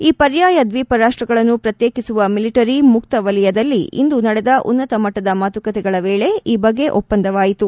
ಈ ಪರ್ಯಾಯ ದ್ವೀಪರಾಷ್ನಗಳನ್ನು ಪ್ರತ್ಯೇಕಿಸುವ ಮಿಲಿಟರಿ ಮುಕ್ತ ವಲಯದಲ್ಲಿ ಇಂದು ನಡೆದ ಉನ್ನತ ಮಟ್ಲದ ಮಾತುಕತೆಗಳ ವೇಳೆ ಈ ಬಗ್ಗೆ ಒಪ್ಪಂದವಾಯಿತು